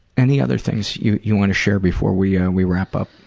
any other things you you want to share before we ah we wrap up?